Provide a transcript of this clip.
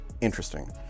interesting